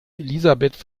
elisabeth